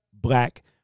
black